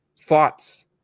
thoughts